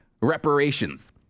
reparations